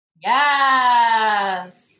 Yes